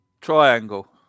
Triangle